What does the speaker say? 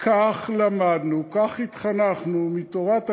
כך למדנו, כך התחנכנו מתורת הקדוש-ברוך-הוא,